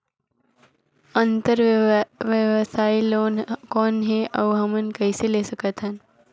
अंतरव्यवसायी लोन कौन हे? अउ हमन कइसे ले सकथन?